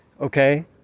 okay